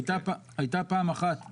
הייתה פעם אחת --- פעמיים.